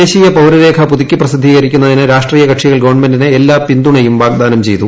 ദേശീയ പൌരരേഖ പുതുക്കി പ്രസിദ്ധീകരിക്കുന്നതിന് രാഷ്ട്രീയ കക്ഷികൾ ഗവൺമെന്റിന് എല്ലാ പിന്തുണയും വാഗ്ദാനം ചെയ്തു